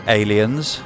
aliens